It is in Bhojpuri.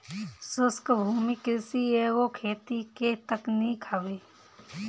शुष्क भूमि कृषि एगो खेती के तकनीक हवे